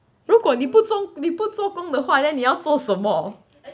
如果你不作你不作工的话 then 你要做什么